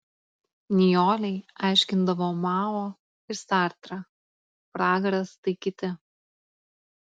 nijolei aiškindavo mao ir sartrą pragaras tai kiti